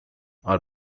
are